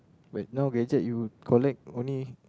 wait now gadget you collect only